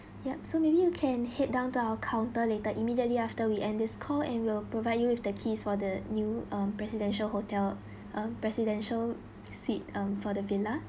yup so maybe you can head down to our counter later immediately after we end this call and will provide you with the key for the new uh presidential hotel uh presidential suite um for the villa